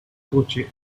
coche